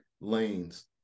lanes